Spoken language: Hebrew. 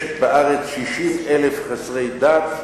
יש בארץ 60,000 חסרי דת,